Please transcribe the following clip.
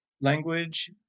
Language